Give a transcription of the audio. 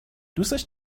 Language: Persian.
دوستش